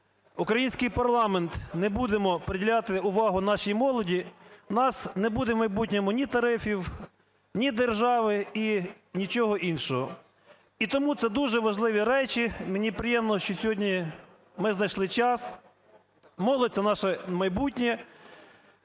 український парламент, не будемо приділяти увагу нашій молоді, у нас не буде в майбутньому ні тарифів, ні держави і нічого іншого. І тому це дуже важливі речі. Мені приємно, що сьогодні ми знайшли час. Молодь – це наше майбутнє.